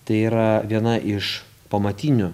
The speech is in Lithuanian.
tai yra viena iš pamatinių